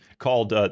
called